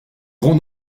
grand